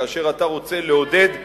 כאשר אתה רוצה לעודד את,